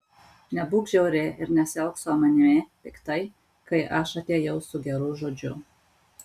nebūk žiauri ir nesielk su manimi piktai kai aš atėjau su geru žodžiu